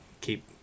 keep